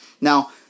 Now